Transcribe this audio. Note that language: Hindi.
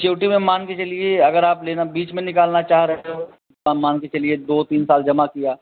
सिक्यूरिटी में मान के चलिए अगर आप लेना बीच में निकालना चाह रहे हैं तो आप मान के चलिए दो तीन साल जमा किया